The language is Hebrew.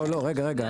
לא, לא, רגע, רגע.